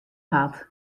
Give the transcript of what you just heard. hat